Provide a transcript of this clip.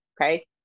Okay